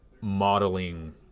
modeling